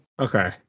Okay